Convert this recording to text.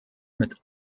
mit